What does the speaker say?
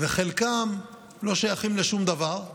וחלקם לא שייכים לשום דבר,